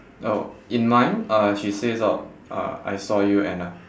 oh in mine uh she says oh uh I saw you anna